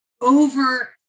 over